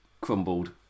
crumbled